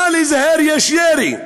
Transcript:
נא להיזהר, יש ירי.